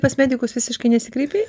pas medikus visiškai nesikreipei